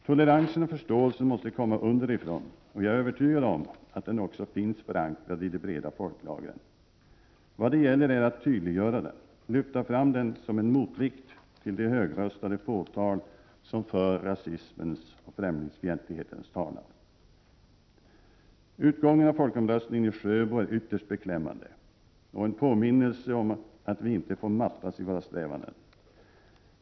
Toleransen och förståelsen måste komma underifrån och jag är övertygad om att den också finns förankrad i de breda folklagren. Vad det gäller är att tydliggöra den och lyfta fram den som en motvikt till det högröstade fåtal som för rasismens och främlingsfientlighetens talan. 101 Utgången av folkomröstningen i Sjöbo är ytterst beklämmande och en 21 november 1988 påminnelse om att vi inte får mattas i våra strävanden.